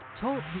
talk